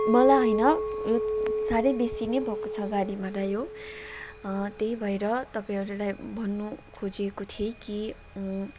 मलाई होइन साह्रै बेसी नै भएको छ गाडी भाडा यो त्यही भएर तपाईँहरूलाई भन्नु खोजेको थिएँ कि